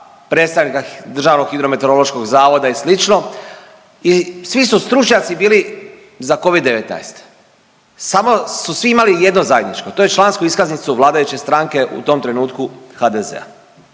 predstavnika DHMZ-a i slično i svi su stručnjaci bili za Covid-19. Samo su svi imali jedno zajedničko, to je člansku iskaznicu vladajuće stranke u tom trenutku HDZ-a.